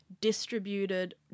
distributed